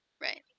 Right